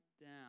down